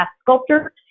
sculptor